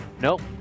Nope